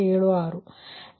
36 Pg23246